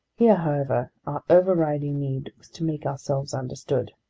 here, however, our overriding need was to make ourselves understood.